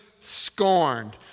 scorned